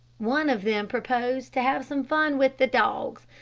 one of them proposed to have some fun with the dogs.